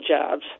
jobs